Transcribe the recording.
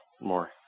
More